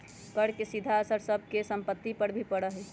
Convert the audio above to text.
कर के सीधा असर सब के सम्पत्ति पर भी पड़ा हई